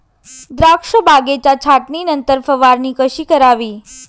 द्राक्ष बागेच्या छाटणीनंतर फवारणी कशी करावी?